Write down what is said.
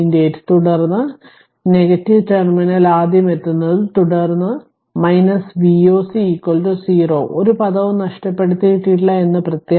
8 തുടർന്ന് ടെർമിനൽ ആദ്യം എത്തുന്നത് തുടർന്ന് Voc 0 ഒരു പദവും നഷ്ടപ്പെടുത്തിയിട്ടില്ല എന്ന് പ്രത്യാശ